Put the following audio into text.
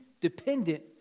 dependent